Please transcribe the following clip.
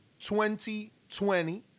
2020